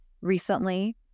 recently